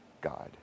God